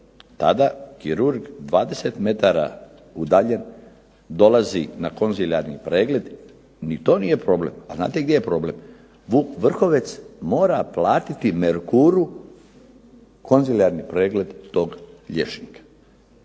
tada kirurg 20 metara udaljen dolazi na konzilijarni pregled, ni to nije problem, a znate gdje je problem, Vuk Vrhovec mora platiti Merkuru konzilijarni pregled toga liječnika.